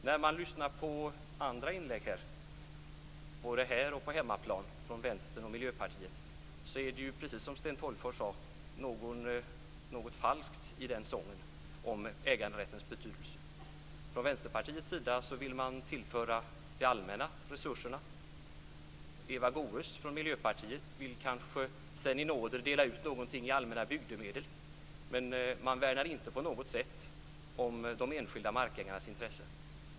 När man lyssnar på andra inlägg både här och på hemmaplan från Vänstern och Miljöpartiet märker man, precis som Sten Tolgfors sade, att det finns något falskt i sången om äganderättens betydelse. Vänsterpartiet vill tillföra det allmänna resurserna. Eva Goës från Miljöpartiet vill kanske sedan i nåder dela ut någonting i allmänna bygdemedel, men värnar inte på något sätt om de enskilda markägarnas intresse.